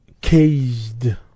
caged